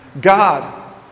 God